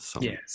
yes